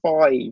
five